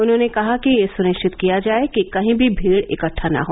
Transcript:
उन्होंने कहा कि यह सुनिश्चित किया जाए कि कहीं भी भीड़ इकटठा न हो